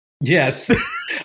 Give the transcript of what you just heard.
yes